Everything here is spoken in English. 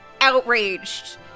outraged